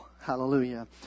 Hallelujah